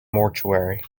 mortuary